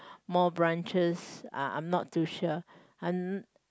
more branches uh I'm not too sure !huh!